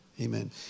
Amen